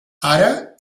ara